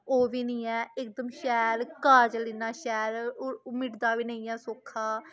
ओह् बी नी ऐ इक शैल काजल इन्ना शैल ओह् मिटदा बी नी ऐ सौक्खा